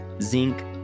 zinc